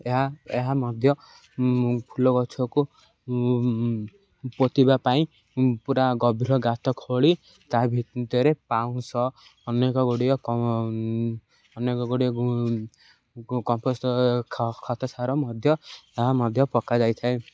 ଏହା ଏହା ମଧ୍ୟ ଫୁଲ ଗଛକୁ ପୋତିବା ପାଇଁ ପୁରା ଗଭୀର ଗାତ ଖୋଳି ତା ଭିତରେ ପାଉଁଶ ଅନେକ ଗୁଡ଼ିଏ ଅନେକ ଗୁଡ଼ିଏ କମ୍ପୋଷ୍ଟ୍ ଖତ ସାର ମଧ୍ୟ ଏହା ମଧ୍ୟ ପକାଯାଇଥାଏ